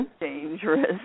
dangerous